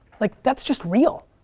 like, that's just real.